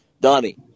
Donnie